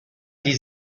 die